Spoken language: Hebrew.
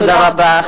תודה רבה.